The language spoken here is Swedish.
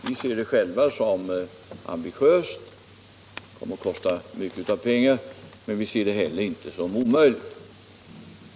Vi ser det naturligtvis som ambitiöst — det kommer att kosta mycket pengar — men inte som omöjligt.